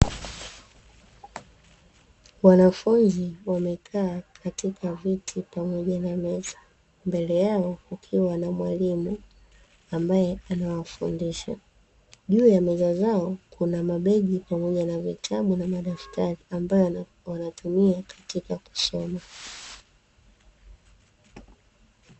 Wanafunzi wamekaa katika viti pamoja na meza, mbele yao kukiwa na mwalimu ambaye anawafundisha. Juu ya meza zao kuna mabegi pamoja na vitabu na madaftari ambayo wanatumia katika kusoma.